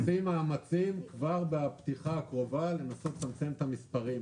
אנחנו עושים מאמצים כבר בפתיחה הקרובה לנסות לצמצם את המספרים.